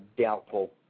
Doubtful